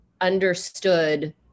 understood